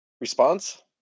response